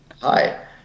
hi